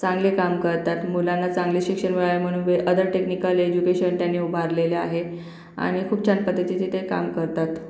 चांगले काम करतात मुलांना चांगले शिक्षण मिळावे म्हणून वे अदर टेक्निकल एजुकेशन त्यांनी उभारलेल्या आहे आणि खूप छान पद्धतीचे ते काम करतात